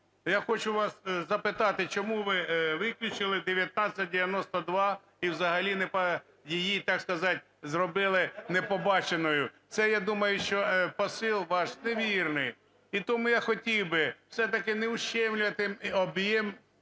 Я хочу вас запитати, чому ви виключили 1992 і взагалі її, так сказати, зробили непобаченою? Це я думаю, що посил ваш невірний. І тому я хотів би все-таки не ущемляти об'єм